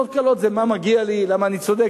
החלטות קלות זה מה מגיע לי, למה אני צודק.